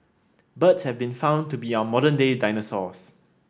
birds have been found to be our modern day dinosaurs